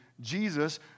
Jesus